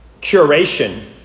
curation